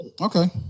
Okay